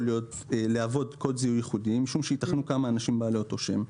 להוות קוד זיהוי ייחודי משום שייתכנו כמה אנשים בעלי אותו שם.